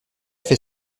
fait